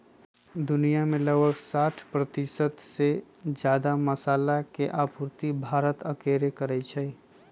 दुनिया में लगभग साठ परतिशत से जादा मसाला के आपूर्ति भारत अकेले करई छई